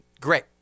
great